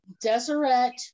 Deseret